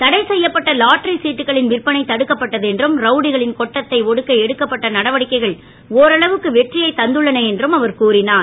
தடை செய்யப்பட்ட லாட்டரி சீட்டுகளின் விற்பனை தடுக்கப்பட்டது என்றும் ரவுடிகளின் கொட்டத்தை ஒடுக்க எடுக்கப்பட்ட நடவடிக்கைகள் ஓரளவுக்கு வெற்றியை தந்துள்ளன என்றும் அவர் கூறினார்